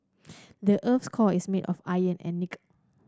the earth's core is made of iron and nickel